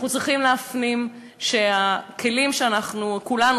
אנחנו צריכים להפנים שהכלים שאנחנו כולנו